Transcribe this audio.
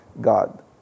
God